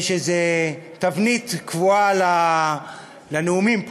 יש איזו תבנית קבועה לנאומים פה.